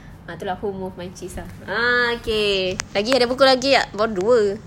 ah itu lah who moved my cheese lah okay lagi ada buku lagi tak baru dua